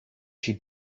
she